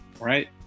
right